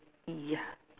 yeah